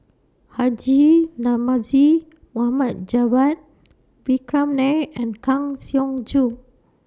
Haji Namazie Mohamed Javad Vikram Nair and Kang Siong Joo